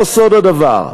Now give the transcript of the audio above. לא סוד הדבר,